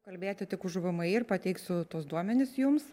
kalbėti tik už vmi ir pateiksiu tuos duomenis jums